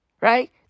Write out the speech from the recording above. Right